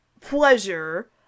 pleasure